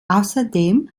außerdem